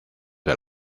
del